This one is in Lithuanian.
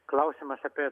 klausimas apie